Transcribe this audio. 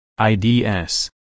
IDS